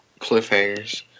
Cliffhangers